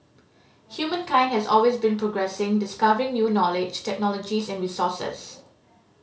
humankind has always been progressing discovering new knowledge technologies and resources